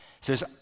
says